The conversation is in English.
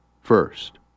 first